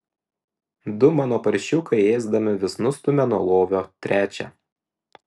du mano paršiukai ėsdami vis nustumia nuo lovio trečią